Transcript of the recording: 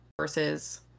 versus